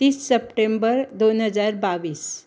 तीस सप्टेंबर दोन हजार बावीस